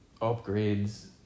Upgrades